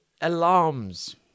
alarms